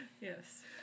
Yes